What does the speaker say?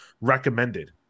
recommended